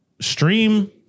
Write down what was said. stream